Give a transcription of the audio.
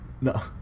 No